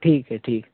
ٹھیک ہے ٹھیک